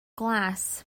glas